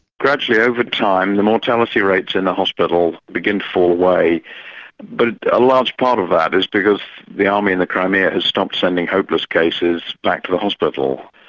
gradually, over time, the mortality rates in the hospital begin to fall away but a large part of that is because the army in the crimea has stopped sending hopeless cases back to the hospital.